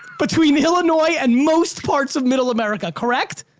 between illinois and most parts of middle america, correct?